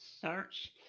search